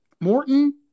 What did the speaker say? Morton